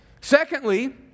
Secondly